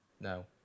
No